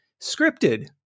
scripted